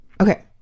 Okay